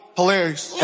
Hilarious